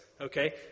Okay